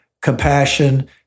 compassion